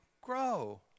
grow